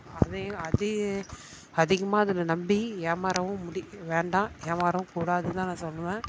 அதே அதிக அதிகமாக அதில் நம்பி ஏமாறவும் முடி வேண்டாம் எமாறவும் கூடாதுன்னுதான் நான் சொல்லுவேன்